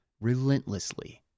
relentlessly